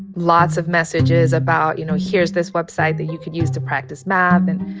lots of messages about, you know, here's this website that you can use to practice math. and,